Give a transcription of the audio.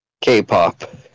K-pop